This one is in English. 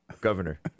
Governor